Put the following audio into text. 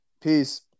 Peace